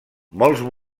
molts